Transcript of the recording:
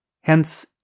hence